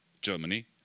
Germany